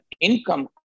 income